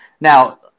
Now